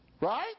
Right